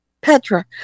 Petra